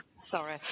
Sorry